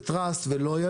תקרא לזה trust ו-loyalty,